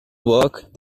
work